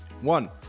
One